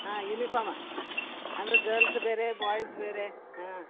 ಹಾಂ ಯುನಿಫಾರ್ಮ ಅಂದರೆ ಗರ್ಲ್ಸ್ ಬೇರೆ ಬಾಯ್ಸ್ ಬೇರೆ ಹಾಂ